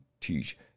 teach